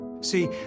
see